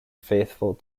faithful